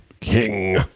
King